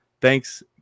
Thanks